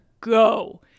go